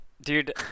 Dude